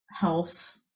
health